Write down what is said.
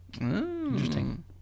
Interesting